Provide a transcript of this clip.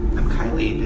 i'm kylie,